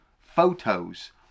photos